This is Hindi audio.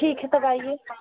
ठीक है तब आइए